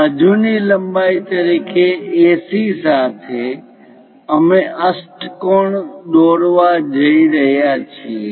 બાજુની લંબાઈ તરીકે AC સાથે અમે અષ્ટકોણ દોરવા જઈ રહ્યા છીએ